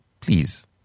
please